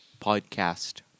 podcast